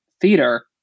theater